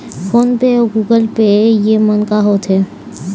Phone पे अउ Google पे येमन का होते?